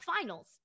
finals